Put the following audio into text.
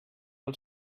del